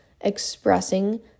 expressing